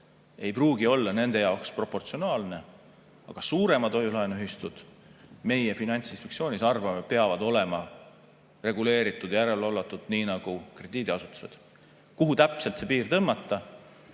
ei pruugi olla proportsionaalne, aga suuremad hoiu-laenuühistud, meie Finantsinspektsioonis arvame, peavad olema reguleeritud, järele valvatud nii nagu krediidiasutused. Kuhu täpselt see piir tõmmata?